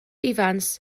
ifans